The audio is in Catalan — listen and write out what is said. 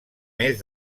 més